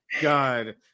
god